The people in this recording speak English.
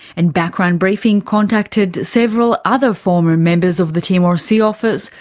and background briefing contacted several other former members of the timor sea office,